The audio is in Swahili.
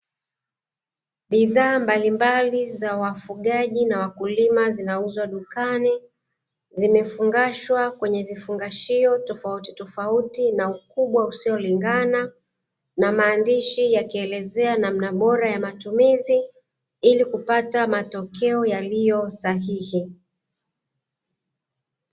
Bidhaa mbalimbali za wafugaji na wakulima zinauzwa dukani, zimefungashwa kwenye vifungashio tofauti tofauti na ukubwa usiolingana na maandishi yakielezea namna bora ya matumizi ili kupata matokeo yaliosahihi.